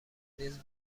نیز